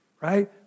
right